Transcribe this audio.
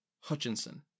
Hutchinson